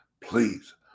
please